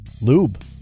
lube